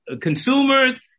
consumers